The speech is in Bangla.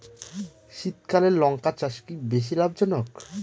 শীতকালে লঙ্কা চাষ কি বেশী লাভজনক?